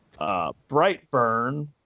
Brightburn